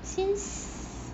since